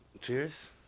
Cheers